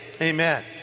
Amen